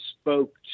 spoke